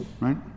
right